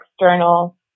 external